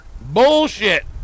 Bullshit